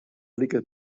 liket